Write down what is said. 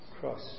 cross